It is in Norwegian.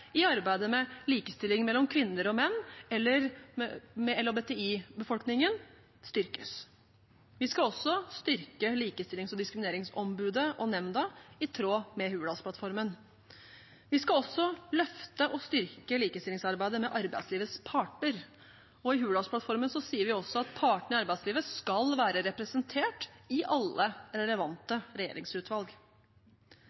i arbeidet med likestilling mellom kvinner og menn eller med LHBTi-befolkningen styrkes. Vi skal også styrke Likestillings- og diskrimineringsombudet og diskrimineringsnemnda, i tråd med Hurdalsplattformen. Vi skal også løfte og styrke likestillingsarbeidet med arbeidslivets parter, og i Hurdalsplattformen sier vi også at partene i arbeidslivet skal være representert i alle relevante